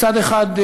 מצד אחד,